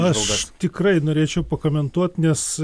aš tikrai norėčiau pakomentuot nes